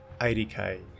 80k